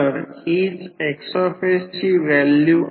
तर V1 V2 आता N1 N2 I2 I1 N1 N2 K